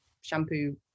shampoo